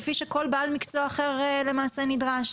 כפי שכל בעל מקצוע אחר למעשה נדרש.